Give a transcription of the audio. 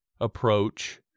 approach